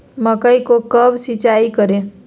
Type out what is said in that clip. मकई को कब सिंचाई करे?